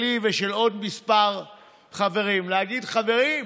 שלי ושל עוד כמה חברים להגיד: חברים,